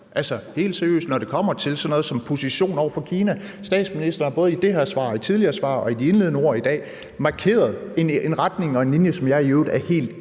det er alvorligt. Når det kommer til sådan noget som positionen over for Kina, har statsministeren i det her svar og i tidligere svar og i de indledende ord i dag markeret en retning og en linje, som jeg i øvrigt er helt enig